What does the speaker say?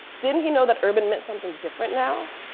didn't he know that urban meant something different now?